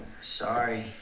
Sorry